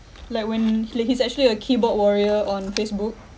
like when like he's actually a keyboard warrior on facebook